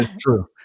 true